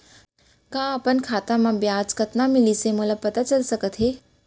का अपन खाता म ब्याज कतना मिलिस मोला पता चल सकता है?